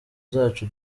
zacu